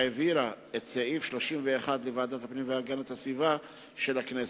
העבירה את סעיף 31 לוועדת הפנים והגנת הסביבה של הכנסת.